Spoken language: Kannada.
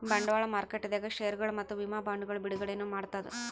ಬಂಡವಾಳ್ ಮಾರುಕಟ್ಟೆದಾಗ್ ಷೇರ್ಗೊಳ್ ಮತ್ತ್ ವಿಮಾ ಬಾಂಡ್ಗೊಳ್ ಬಿಡುಗಡೆನೂ ಮಾಡ್ತದ್